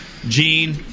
Gene